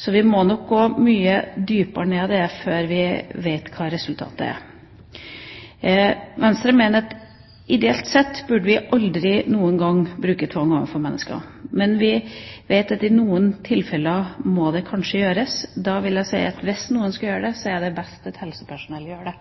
Så vi må nok gå mye dypere ned i det før vi vet hva resultatet er. Venstre mener at ideelt sett burde vi aldri noen gang bruke tvang overfor mennesker, men vi vet at i noen tilfeller må det kanskje gjøres. Da vil jeg si at hvis noen skulle gjøre det, så er det